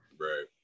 Right